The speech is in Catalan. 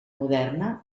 moderna